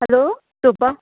hello Shobha